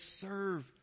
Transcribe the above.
serve